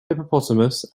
hippopotamus